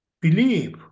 believe